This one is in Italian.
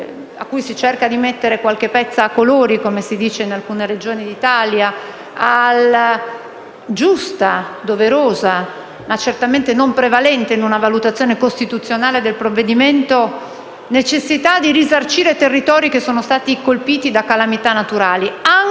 a cui si cerca di mettere qualche pezza a colori, come si dice in alcune Regioni d'Italia - alla giusta, doverosa (ma certamente non prevalente in una valutazione costituzionale del provvedimento) necessità di risarcire i territori colpiti da calamità naturali, anche